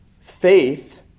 faith